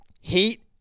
Heat